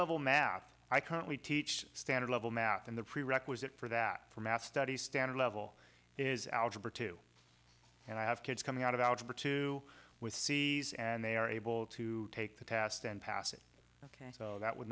level math i currently teach standard level math and the prerequisite for that for math studies standard level is algebra two and i have kids coming out of algebra two with cs and they are able to take the test and pass it ok so that would